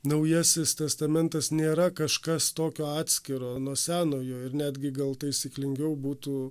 naujasis testamentas nėra kažkas tokio atskiro nuo senojo ir netgi gal taisyklingiau būtų